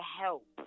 help